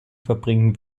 verbringen